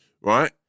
right